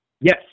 Yes